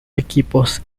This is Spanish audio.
equipos